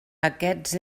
aquests